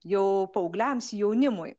jau paaugliams jaunimui